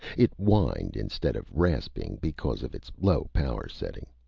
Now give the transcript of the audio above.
it whined instead of rasping, because of its low-power setting.